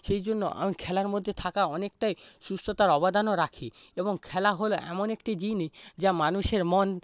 সেইজন্য খেলার মধ্যে থাকা অনেকটাই সুস্থতার অবদানও রাখে এবং খেলা হল এমন একটি জিনিস যা মানুষের মন